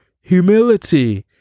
humility